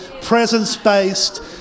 presence-based